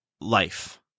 life